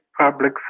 public